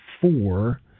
four